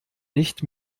nicht